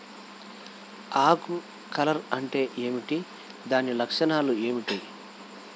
ఆకు కర్ల్ అంటే ఏమిటి? దాని లక్షణాలు ఏమిటి?